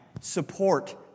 support